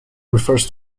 refers